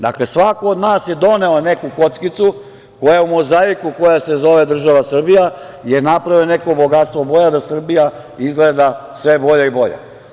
Dakle, svako od nas je doneo neku kockicu koja je u mozaiku, koja se zove država Srbija i napravio neko bogatstvo boja da Srbija izgleda sve bolja i bolja.